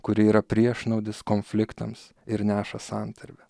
kuri yra priešnuodis konfliktams ir neša santarvę